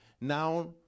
Now